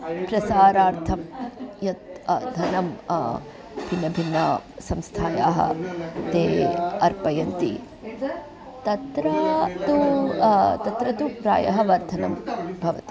प्रसारार्थं यत् धनं भिन्नभिन्नायै संस्थायै ते अर्पयन्ति तत्र तु तत्र तु प्रायः वर्धनं भवति